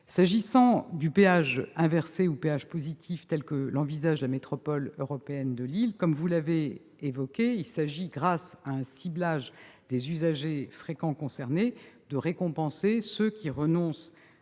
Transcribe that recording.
S'agissant du péage « inversé » ou « positif » tel que l'envisage la Métropole européenne de Lille, et comme vous l'avez évoqué, il s'agit, grâce à un ciblage des usagers fréquents concernés, de récompenser ceux qui renoncent